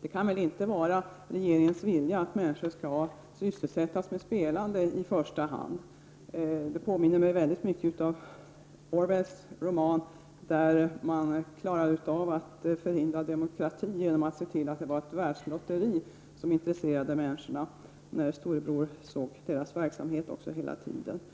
Det kan väl inte vara regeringens vilja att människor i första hand skall sysselsättas med spe lande. Detta påminner mig om Orwells roman där man förhindrade människor att utöva demokrati genom att intressera dem för ett världslotteri — en verksamhet som Storebror hela tiden kunde hålla uppsikt över.